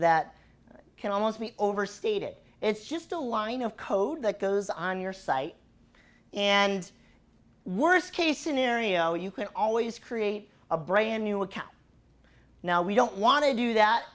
that can almost be overstated it's just a line of code that goes on your site and worst case scenario you can always create a brand new account now we don't want to do that